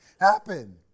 happen